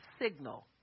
signal